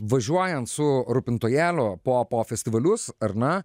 važiuojant su rūpintojėliu po po festivalius ar ne